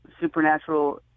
supernatural